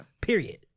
period